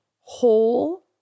whole